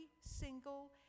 single